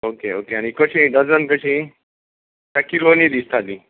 okay okay आनी कशी dozen कशीं काय किलोनी दिसता ती